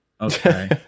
okay